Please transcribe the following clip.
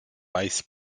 bass